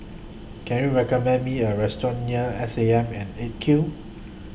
Can YOU recommend Me A Restaurant near S A M An eight Q